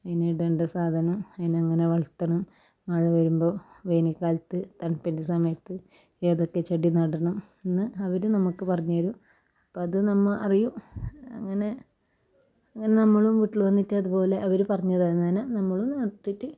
ഇതിന് ഇടേണ്ട സാധനം ഇതിനെ എങ്ങനെ വളർത്തണം മഴ പെയ്യുമ്പോൾ വേനൽക്കാലത്ത് തണുപ്പിൻ്റെ സമയത്ത് ഏതൊക്കെ ചെടി നടണം എന്ന് അവർ നമ്മൾക്ക് പറഞ്ഞ് തരും അപ്പം അത് നമ്മൾ അറിയും ഇങ്ങനെ അങ്ങനെ നമ്മളും വീട്ടിൽ വന്നിട്ടതുപോലെ അവർ പറഞ്ഞേര്ന്നേനെ നമ്മളും നട്ടിട്ട് നോക്കും